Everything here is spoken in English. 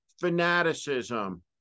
fanaticism